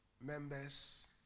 members